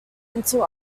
until